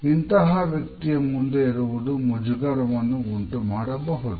ಇಂತಹ ವ್ಯಕ್ತಿಯ ಮುಂದೆ ಇರುವುದು ಮುಜುಗರವನ್ನು ಉಂಟು ಮಾಡಬಹುದು